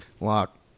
Lock